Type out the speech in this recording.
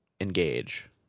Engage